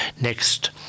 next